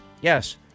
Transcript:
Yes